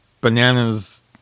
Bananas